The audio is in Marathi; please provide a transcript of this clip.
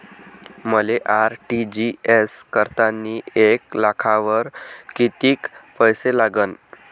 मले आर.टी.जी.एस करतांनी एक लाखावर कितीक पैसे लागन?